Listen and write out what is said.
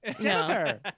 Jennifer